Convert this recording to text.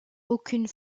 aucune